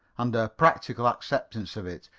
and her practical acceptance of it.